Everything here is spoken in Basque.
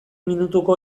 minutuko